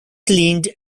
cleaned